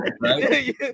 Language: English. right